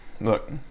look